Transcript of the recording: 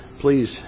Please